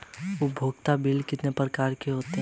उपयोगिता बिल कितने प्रकार के होते हैं?